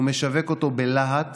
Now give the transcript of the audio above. הוא משווק אותו בלהט